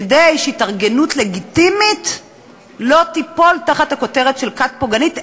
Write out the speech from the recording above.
כדי שהתארגנות לגיטימית לא תיפול תחת הכותרת של כת פוגענית,